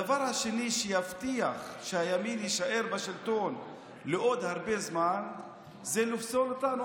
הדבר השני שיבטיח שהימין יישאר בשלטון לעוד הרבה זמן זה לפסול אותנו,